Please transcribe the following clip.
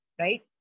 Right